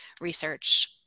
research